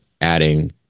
adding